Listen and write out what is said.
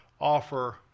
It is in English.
offer